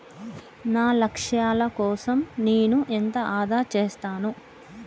నా లక్ష్యాల కోసం నేను ఎంత ఆదా చేస్తాను?